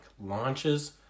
launches